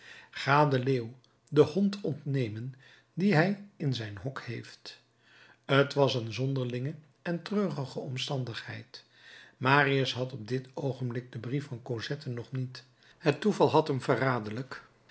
ga den leeuw den hond ontnemen dien hij in zijn hok heeft t was een zonderlinge en treurige omstandigheid marius had op dit oogenblik den brief van cosette nog niet het toeval had hem verraderlijk